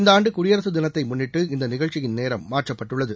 இந்த ஆண்டு குடியரசு தினத்தை முன்னிட்டு இந்த நிகழ்ச்சியின் நேரம் மாற்றப்பட்டள்ளது